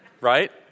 Right